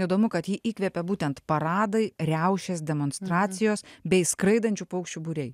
įdomu kad ji įkvėpė būtent paradai riaušės demonstracijos bei skraidančių paukščių būriai